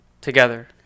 together